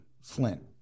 Flint